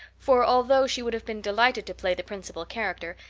for, although she would have been delighted to play the principal character,